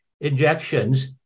injections